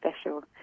special